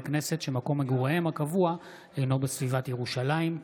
כנסת שמקום מגוריהם הקבוע אינו בסביבת ירושלים.